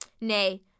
Nay